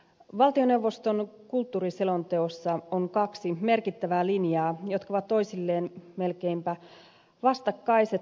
valtioneuvoston kulttuuriselonteossa on kaksi merkittävää linjaa jotka ovat toisilleen melkeinpä vastakkaiset